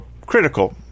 critical